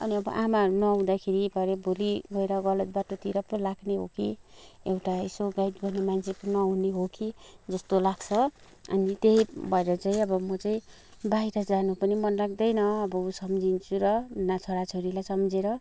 अनि अब आमाहरू नहुँदाखेरि भरे भोलि गएर गलत बाटोतिर पो लाग्ने हो कि एउटा यसो गाइड गर्ने मान्छे नहुने हो कि जस्तो लाग्छ अनि त्यही भएर चाहिँ अब म चाहिँ बाहिर जानु पनि मन लाग्दैन अबो सम्झिन्छु र न छोराछोरीलाई सम्झेर